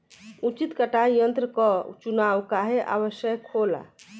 उचित कटाई यंत्र क चुनाव काहें आवश्यक होला?